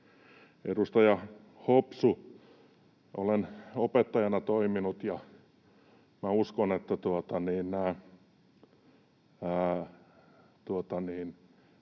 edustaja Hopsu, olen opettajana toiminut, ja minä uskon, että